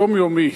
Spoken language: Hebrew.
יומיומי.